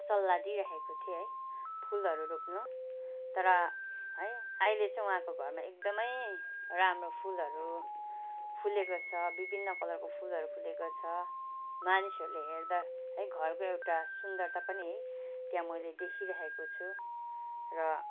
सल्लाह दिइराखेको थिएँ है फुलहरू रोप्नु तर है अहिले चाहिँ उहाँको घरमा एकदमै राम्रो फुलहरू फुलेको छ विभिन्न कलरको फुलहरू फुलेको छ मानिसहरूले हेर्दा है घरको एउटा सुन्दरता पनि है त्यहाँ मैले देखिराखेको छु र